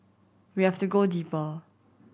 we have to go deeper